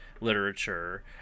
literature